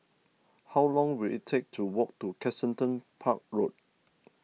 how long will it take to walk to Kensington Park Road